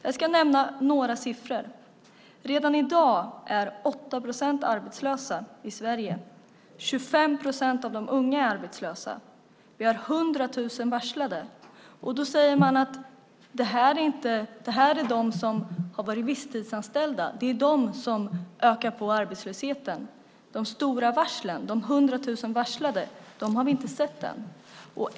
Jag ska nämna några siffror. Redan i dag är 8 procent arbetslösa i Sverige. 25 procent av de unga är arbetslösa. Vi har 100 000 varslade. Man säger att det är de som har varit visstidsanställda som ökar på arbetslösheten. De stora varslen, de 100 000 varslade, har vi inte sett än i arbetslöshetsstatistiken.